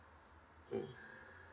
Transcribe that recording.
mm